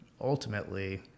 ultimately